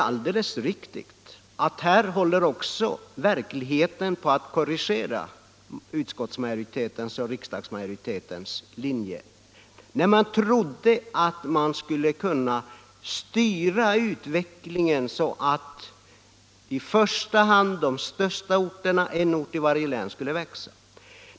Också här håller verkligheten på att korrigera utskottsmajoritetens och riksdagsmajoritetens linje. Man trodde att man skulle kunna styra utvecklingen så att i första hand de största orterna — en ort i varje län — skulle växa.